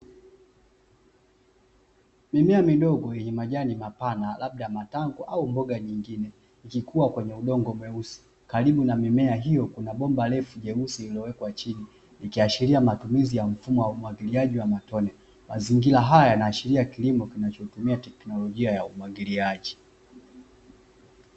Mimea midogo yenye majani mapana labda matango au mboga nyingine, ikikuwa kwenye udongo mweusi. Karibu na mimea hiyo kuna bomba refu jeusi lililowekwa chini, ikiashiria matumizi ya mfumo wa umwagiliaji wa matone. Mazingira haya yanaashiria kilimo kinachotumia teknolojia ya umwagiliaji.